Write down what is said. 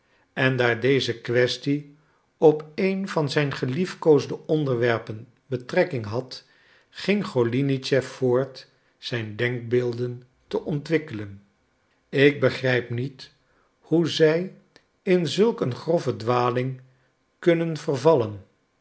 en daar deze kwestie op een van zijn geliefkoosde onderwerpen betrekking had ging golinitschef voort zijn denkbeelden te ontwikkelen ik begrijp niet hoe zij in zulk een grove dwaling kunnen vervallen